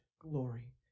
glory